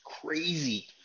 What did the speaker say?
crazy